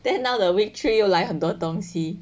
then now the week three 又来很多东西